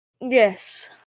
Yes